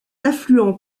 affluent